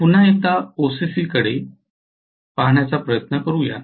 तर पुन्हा एकदा ओसीसीकडे पाहण्याचा प्रयत्न करूया